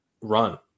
run